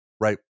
right